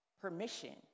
permission